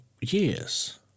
years